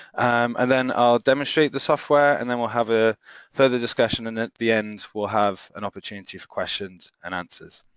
and then i'll demonstrate the software and then we'll have a further discussion and at the end, we'll have an opportunity for questions and answers.